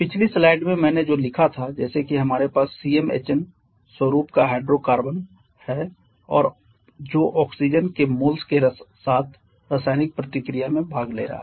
पिछली स्लाइड में मैंने जो लिखा था जैसे कि हमारे पास CmHn स्वरुप का हाइड्रोकार्बन है और जो ऑक्सीजन के मोल्स के साथ रासायनिक प्रतिक्रिया में भाग ले रहा है